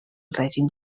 règim